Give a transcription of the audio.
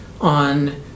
on